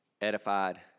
edified